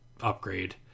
upgrade